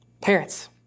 Parents